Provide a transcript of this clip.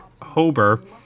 Hober